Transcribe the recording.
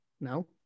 No